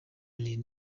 nti